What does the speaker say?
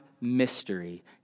mystery